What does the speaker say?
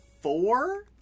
four